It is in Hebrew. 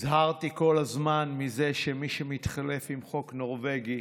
הזהרתי כל הזמן מזה שמי שמתחלף בחוק נורווגי